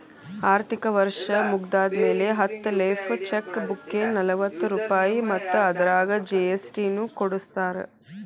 ಆರ್ಥಿಕ ವರ್ಷ್ ಮುಗ್ದ್ಮ್ಯಾಲೆ ಹತ್ತ ಲೇಫ್ ಚೆಕ್ ಬುಕ್ಗೆ ನಲವತ್ತ ರೂಪಾಯ್ ಮತ್ತ ಅದರಾಗ ಜಿ.ಎಸ್.ಟಿ ನು ಕೂಡಸಿರತಾರ